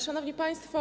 Szanowni Państwo!